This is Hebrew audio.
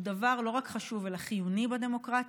הם דבר לא רק חשוב אלא חיוני בדמוקרטיה.